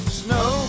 snow